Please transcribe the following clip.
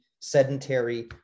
sedentary